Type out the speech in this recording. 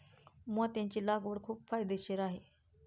मोत्याची लागवड खूप फायदेशीर आहे